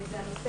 זה הנושא